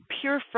pure